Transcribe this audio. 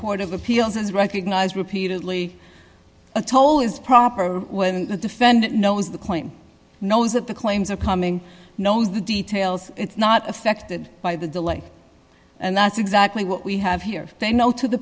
court of appeals has recognized repeatedly a toll is proper the defendant knows the claim knows that the claims are coming knows the details it's not affected by the delay and that's exactly what we have here they know to the